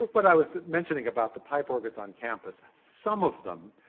what i was mentioning about the pipe organs on campus, some of them,